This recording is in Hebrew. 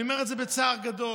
ואני אומר את זה בצער גדול,